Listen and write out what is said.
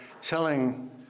telling